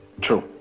True